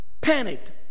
Panicked